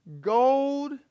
gold